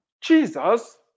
Jesus